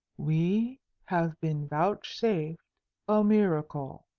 we have been vouchsafed a miracle,